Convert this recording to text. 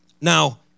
Now